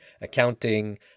accounting